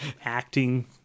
acting